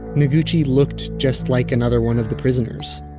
noguchi looked just like another one of the prisoners.